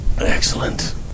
Excellent